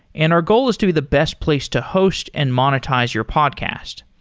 and our goal is to be the best place to host and monetize your podcast.